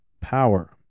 power